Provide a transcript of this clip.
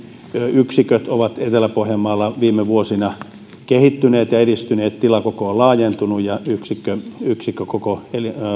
yksiköt ovat etelä pohjanmaalla viime vuosina kehittyneet ja edistyneet tilakoko on laajentunut ja yksikkökoko